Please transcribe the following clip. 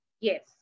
Yes